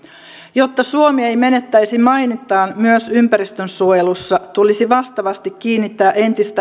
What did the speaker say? jotta suomi ei menettäisi mainettaan myös ympäristönsuojelussa tulisi vastaavasti kiinnittää entistä